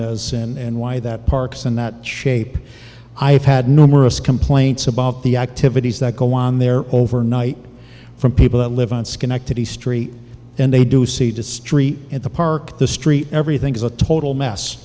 is and why that parks in that shape i have had numerous complaints about the activities that go on there overnight from people that live in schenectady street and they do see destry at the park the street everything is a total mess